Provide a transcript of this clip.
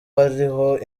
hariho